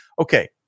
Okay